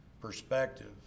perspective